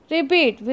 Repeat